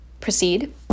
proceed